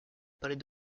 palais